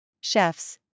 Chefs